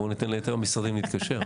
בואו ניתן ליתר המשרדים להתקשר.